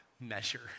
measure